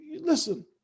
Listen